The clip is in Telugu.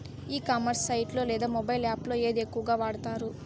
ఈ కామర్స్ సైట్ లో లేదా మొబైల్ యాప్ లో ఏది ఎక్కువగా వాడుతారు?